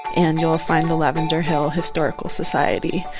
and you'll find the lavender hill historical society,